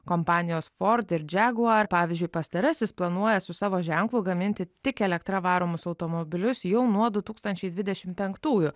kompanijos ford ir džeguar pavyzdžiui pastarasis planuoja su savo ženklu gaminti tik elektra varomus automobilius jau nuo du tūkstančiai dvidešimt penktųjų